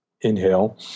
Inhale